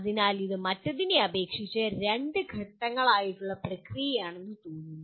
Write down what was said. അതിനാൽ ഇത് മറ്റെതിനെ അപേക്ഷിച്ച് രണ്ട് ഘട്ടങ്ങളായുള്ള പ്രക്രിയയാണെന്ന് തോന്നുന്നു